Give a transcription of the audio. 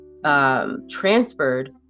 Transferred